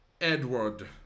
Edward